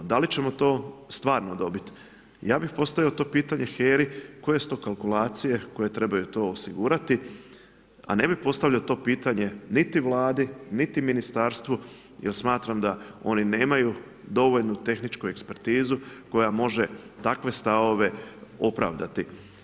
Da li ćemo to stvarno dobiti, ja bih postavio to pitanje HERA-i, koje su to kalkulacije koje trebaju to osigurati a ne bih postavio to pitanje niti Vladi, niti ministarstvu jer smatram da oni nemaju dovoljnu tehničku ekspertizu koja može takve stavove opravdati.